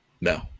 No